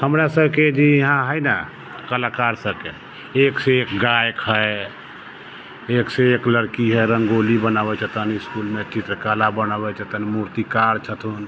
हमरा सबके जे यहाँ है न कलाकार सबके एक से एक गायक है एक से एक लड़की है रंगोली बनाबे हेतनि इसकुल मे चित्रकला बनबै हेतनि मूर्तिकार छथिन